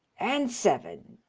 and seven.